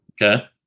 Okay